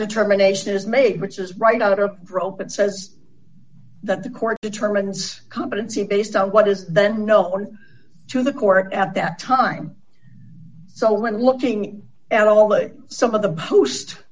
determination is made which is right out of rope it says that the court determines competency based on what is then no one to the court at that time so when looking at all that some of the post